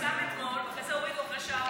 זה פורסם אתמול, ואחרי זה הורידו, אחרי,